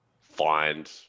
find